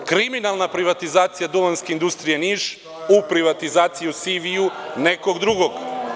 Kriminalna privatizacija „Duvanske industrije Niš“, u privatizaciji, CV nekog drugog.